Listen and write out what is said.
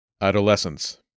Adolescence